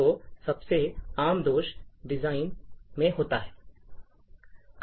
तो सबसे आम दोष डिजाइन में होता है